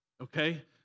okay